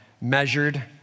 Measured